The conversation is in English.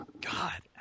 God